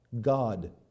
god